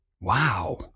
Wow